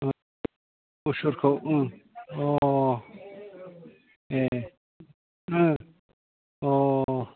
असुरखौ अ एह ओं अ